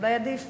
אולי עדיף.